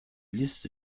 liste